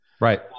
Right